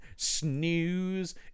snooze